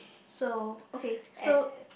so okay so